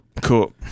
cool